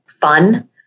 fun